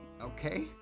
okay